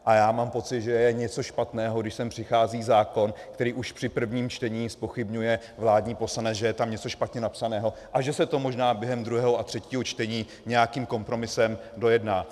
A já mám pocit, že je něco špatného, když sem přichází zákon, který už při prvním čtení zpochybňuje vládní poslanec, že tam je něco špatně napsaného a že se to možná během druhého a třetího čtení nějakým kompromisem dojedná.